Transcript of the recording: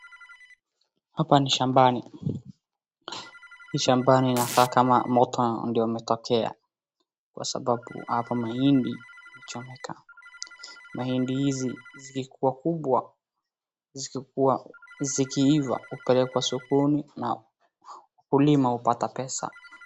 Hapa ni shambani. Ni shambani inakaa kama moto ndio umetokea kwa sababu hapa mahindi imechomeka. Mahindi hizi zikikuwa kubwa zikiiva upelekwa sokoni na wakulima hupata pesa.